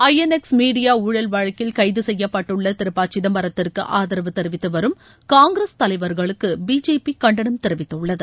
ஐ N X media ஊழல் வழக்கில் கைது செய்யப்பட்டுள்ள திரு ப சிதம்பரத்திற்கு ஆதரவு தெரிவித்து வரும் காங்கிரஸ் தலைவர்களுக்கு பிஜேபி கண்டனம் தெரிவித்துள்ளது